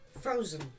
Frozen